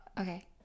Okay